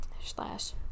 slash